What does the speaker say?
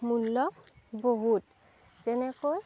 মূল্য বহুত যেনেকৈ